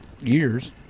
years